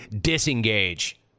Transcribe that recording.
disengage